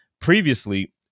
previously